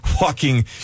walking